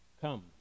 Come